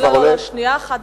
רק שנייה אחת.